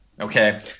Okay